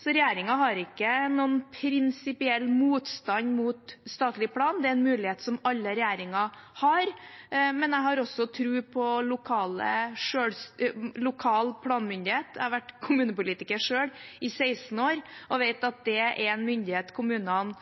har ikke noen prinsipiell motstand mot statlig plan. Det er en mulighet som alle regjeringer har, men jeg har også tro på lokal planmyndighet. Jeg har selv vært kommunepolitiker i 16 år og vet at det er en myndighet kommunene